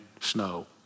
snow